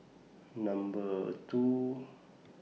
Number two